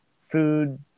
food